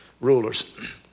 rulers